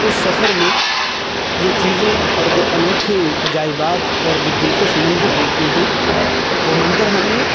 اس سفر میں جو چیزیں اور جو انوکھے عجائبات اور جو دلکش منظر دیکھے ہیں وہ منظر ہم نے